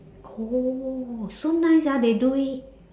oh so nice ah they do it